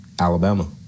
Alabama